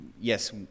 yes